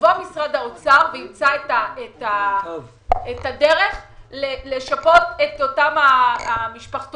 יבוא משרד האוצר וימצא את הדרך לשפות את אותם משפחתונים.